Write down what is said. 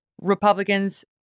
Republicans